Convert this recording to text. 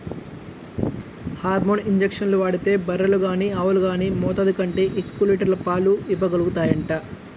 hormone ఇంజక్షన్లు వాడితే బర్రెలు గానీ ఆవులు గానీ మోతాదు కంటే ఎక్కువ లీటర్ల పాలు ఇవ్వగలుగుతాయంట